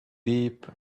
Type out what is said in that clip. deep